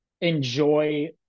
enjoy